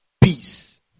peace